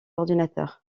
ordinateur